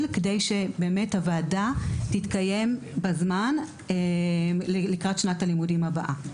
כדי שהוועדה תתקיים בזמן לקראת שנת הלימודים הבאה.